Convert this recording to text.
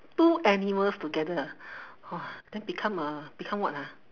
two animals together ah !wah! then become a become what ah